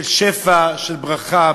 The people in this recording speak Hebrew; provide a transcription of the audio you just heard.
של שפע, של ברכה.